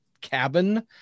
cabin